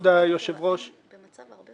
להאריך